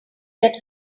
get